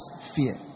fear